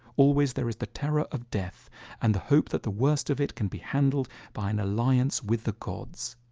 always there is the terror of death and the hope that the worst of it can be handled by an alliance with the gods.